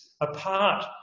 apart